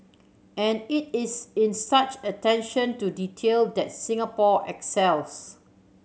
and it is in such attention to detail that Singapore excels